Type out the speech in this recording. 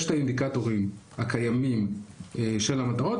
יש את האינדיקטורים הקיימים של המטרות,